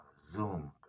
Zoom